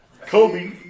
Kobe